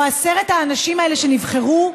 או עשרת האנשים האלה שנבחרו,